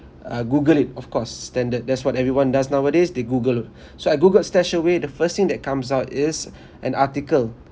uh google it of course standard that's what everyone does nowadays they google so I googled stashaway the first thing that comes out is an article